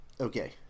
Okay